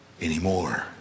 anymore